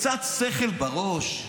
קצת שכל בראש?